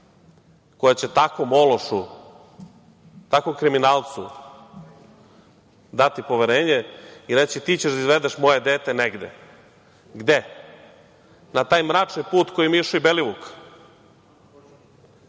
koja će takvom ološu, takvom kriminalcu dati poverenje i reći – ti ćeš da izvedeš moje dete negde. Gde? Na taj mračni put kojim je išao i Belivuk,